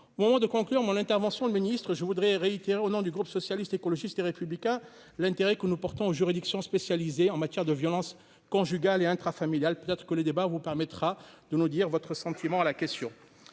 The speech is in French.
bon de conclure mon intervention le ministre je voudrais réitérer au nom du groupe socialiste, écologiste et républicain, l'intérêt que nous portons aux juridictions spécialisées en matière de violences conjugales et intrafamiliales, peut-être que le débat, vous permettra de nous dire votre sentiment à la question